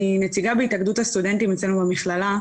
אני נציגה בהתאגדות הסטודנטים אצלנו במכללה,